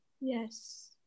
Yes